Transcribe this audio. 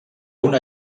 una